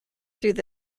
through